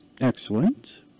Excellent